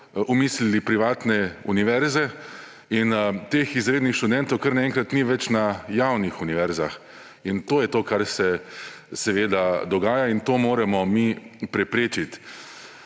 omislili privatne univerze in teh izrednih študentov kar naenkrat ni več na javnih univerzah in to je to, kar se dogaja in to moramo mi preprečiti.